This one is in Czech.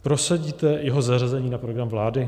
Prosadíte jeho zařazení na program vlády?